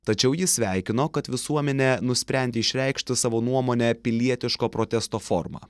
tačiau jis sveikino kad visuomenė nusprendė išreikšti savo nuomonę pilietiško protesto forma